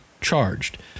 charged